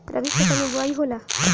रबी फसल मे बोआई होला?